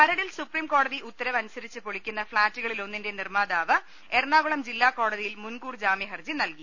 മരടിൽ സുപ്രീംകോടതി ഉത്തരവ് അനുസരിച്ച് പൊളിക്കുന്ന ഫ്ളാറ്റുകളിലൊന്നിന്റെ നിർമ്മാതാവ് എറണാകുളം ജില്ലാ കോട തിയിൽ മുൻകൂർ ജാമ്യഹർജി നൽകി